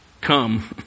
come